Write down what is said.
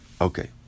Okay